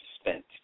spent